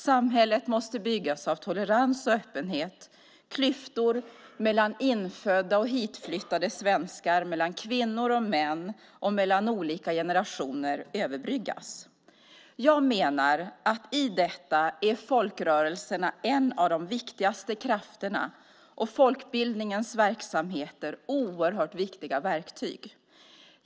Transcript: Samhället måste byggas av tolerans och öppenhet. Klyftor mellan infödda och hitflyttade svenskar, mellan kvinnor och män och mellan olika generationer måste överbryggas. Jag menar att i detta är folkrörelserna en av de viktigaste krafterna och folkbildningens verksamheter oerhört viktiga verktyg.